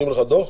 נותנים לך דוח?